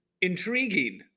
Intriguing